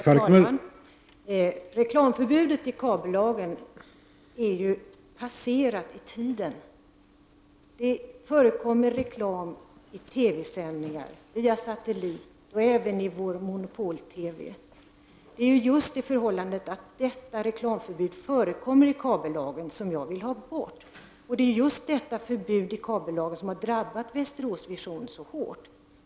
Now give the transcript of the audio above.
Herr talman! Reklamförbudet i kabellagen är ju passerat av tiden. Det förekommer reklam i TV-sändningar, via satellit och även i vår monopol TV. Det är just det förhållandet att reklamförbudet förekommer i kabellagen som jag motsätter mig. Det är också detta förbud i kabellagen som har drabbat Västerås Vision så hårt.